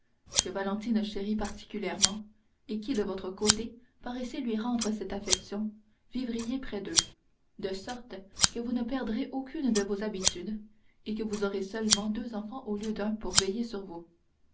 que valentine chérit particulièrement et qui de votre côté paraissez lui rendre cette affection vivriez près d'eux de sorte que vous ne perdrez aucune de vos habitudes et que vous aurez seulement deux enfants au lieu d'un pour veiller sur vous